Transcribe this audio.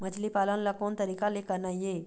मछली पालन ला कोन तरीका ले करना ये?